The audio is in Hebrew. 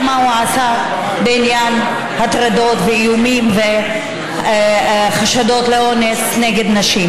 מה הוא עשה בעניין הטרדות ואיומים וחשדות לאונס נגד נשים.